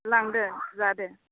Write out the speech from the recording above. लांदों जादों